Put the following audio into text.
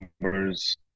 numbers